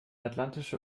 atlantische